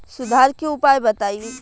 सुधार के उपाय बताई?